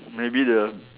maybe the